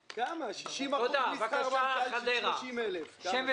60% משכר מנכ"ל, משכר של 60,000 שקל.